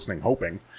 hoping